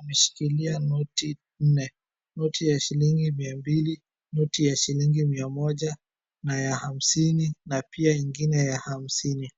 Ameshikilia noti nne. Noti ya shilingi mia mbili, noti ya shilingi mia moja, na ya hamsini na pia ingine ya hamsini.